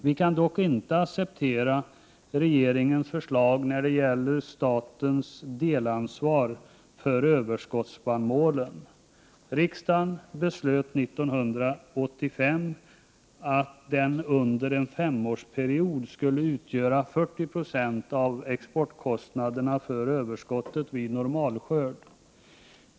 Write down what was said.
Vi kan dock inte acceptera regeringens förslag när det gäller statens delansvar för överskottsspannmålen. Riksdagen beslöt 1985 att statens ansvar under en femårsperiod skulle gälla 40 96 av exportkostnaderna för överskottet vid normalskörd.